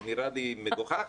זה נראה לי מגוחך.